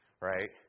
right